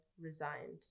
resigned